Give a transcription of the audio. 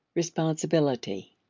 responsibility.